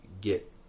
get